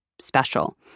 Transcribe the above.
special